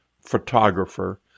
photographer